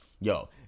Yo